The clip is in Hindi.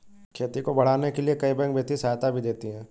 खेती को बढ़ाने के लिए कई बैंक वित्तीय सहायता भी देती है